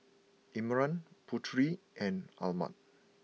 Imran Putri and Ahmad